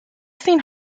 seen